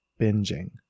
binging